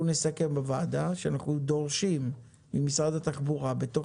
נסכם בוועדה שאנחנו דורשים ממשרד התחבורה בתוך